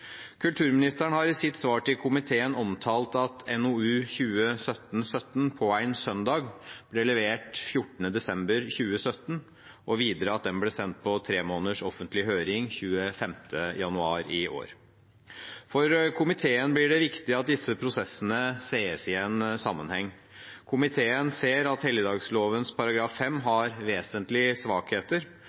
Kulturministeren har i sitt svar til komiteen omtalt at NOU 2017: 17, På ein søndag?, ble levert 14. desember 2017, og videre at den ble sendt på tre måneders offentlig høring 25. januar i år. For komiteen blir det viktig at disse prosessene sees i en sammenheng. Komiteen ser at helligdagsfredloven § 5 har vesentlige svakheter,